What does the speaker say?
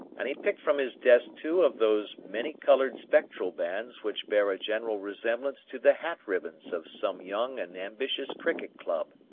and he picked from his desk two of those many-coloured spectral bands which bear a general resemblance to the hat-ribbons of some young and ambitious cricket club.